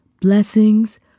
Blessings